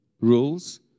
rules